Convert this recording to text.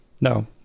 No